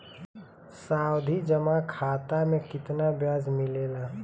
सावधि जमा खाता मे कितना ब्याज मिले ला?